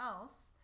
else